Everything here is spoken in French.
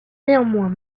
néanmoins